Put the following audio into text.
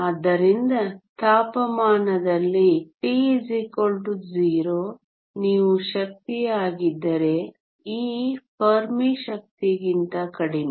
ಆದ್ದರಿಂದ ತಾಪಮಾನದಲ್ಲಿ T 0 ನೀವು ಶಕ್ತಿಯಾಗಿದ್ದರೆ E ಫೆರ್ಮಿ ಶಕ್ತಿಗಿಂತ ಕಡಿಮೆ